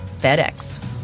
FedEx